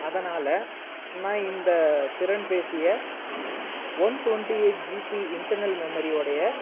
அதனால் நான் இந்த திறன்பேசிய one twenty eight GB internal memory உடைய